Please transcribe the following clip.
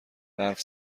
برف